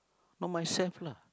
not myself lah